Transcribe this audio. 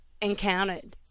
encountered